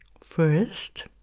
First